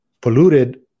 polluted